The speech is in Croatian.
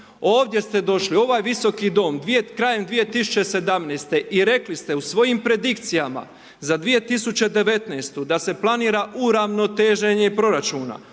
ovdje ste došli u ovaj Visoki Dom krajem 2017.-te i rekli ste u svojim predikcijama za 2019. da se planira uravnoteženje proračuna,